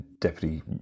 deputy